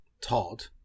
Todd